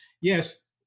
yes